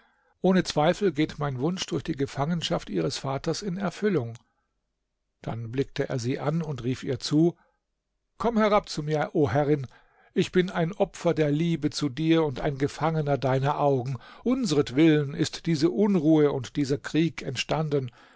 ohne zweifel geht mein wunsch durch die gefangenschaft ihres vaters in erfüllung dann blickte er sie an und rief ihr zu komm herab zu mir o herrin ich bin ein opfer der liebe zu dir und ein gefangener deiner augen unsretwillen ist diese unruhe und dieser krieg entstanden